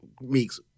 Meeks